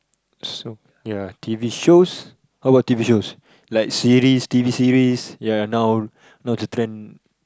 so ya t_v shows how about t_v shows like series t_v series ya now now the trend